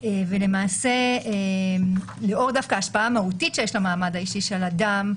ולמעשה דווקא לאור השפעה מהותית שיש למעמד האישי של אדם,